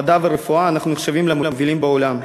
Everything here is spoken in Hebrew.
המדע והרפואה אנחנו נחשבים למובילים בעולם.